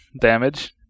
damage